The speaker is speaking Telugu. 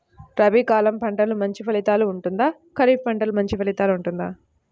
రబీ కాలం పంటలు మంచి ఫలితాలు ఉంటుందా? ఖరీఫ్ పంటలు మంచి ఫలితాలు ఉంటుందా?